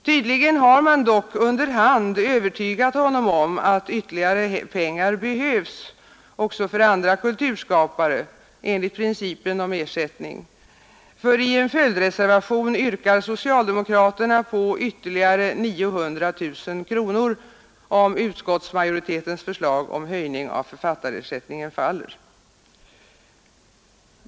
Tydligen har de dock under hand övertygat honom om att ytterligare pengar behövs också för andra kulturskapare, enligt principen om ersättning, för i en följdreservation yrkar socialdemokraterna på ytterligare 900 000 kronor, om utskottsmajoritetens förslag om höjning av författarersättningen faller.